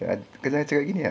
so I kau jangan cakap gini ah